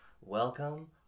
Welcome